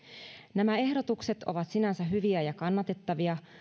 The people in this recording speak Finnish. nämä ehdotukset ovat sinänsä hyviä ja kannatettavia